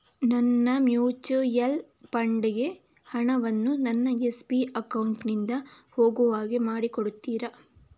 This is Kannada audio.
ನನ್ನ ಮ್ಯೂಚುಯಲ್ ಫಂಡ್ ಗೆ ಹಣ ವನ್ನು ನನ್ನ ಎಸ್.ಬಿ ಅಕೌಂಟ್ ನಿಂದ ಹೋಗು ಹಾಗೆ ಮಾಡಿಕೊಡುತ್ತೀರಾ?